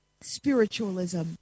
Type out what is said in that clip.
spiritualism